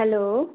hello